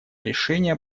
решение